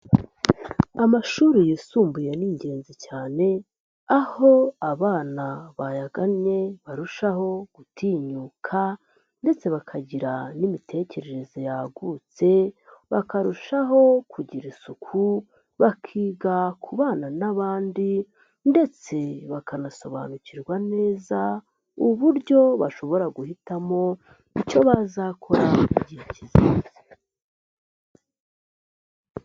Amashuri yisumbuye ni ingenzi cyane, aho abana bayagannye barushaho gutinyuka ndetse bakagira n'imitekerereze yagutse, bakarushaho kugira isuku, bakiga kubana n'abandi, ndetse bakanasobanukirwa neza uburyo bashobora guhitamo icyo bazakora mu gihe kizaza.